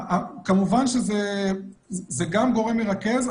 כמובן שזה גם גורם מרכז,